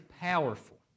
powerful